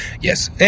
Yes